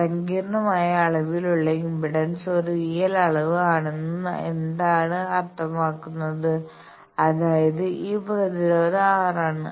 സങ്കീർണ്ണമായ അളവിലുള്ള ഇംപെഡൻസ് ഒരു റിയൽ അളവ് ആണെന്നത് എന്താണ് അർത്ഥമാക്കുന്നത് അതായത് ഇത് പ്രതിരോധം R ആണ്